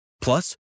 Plus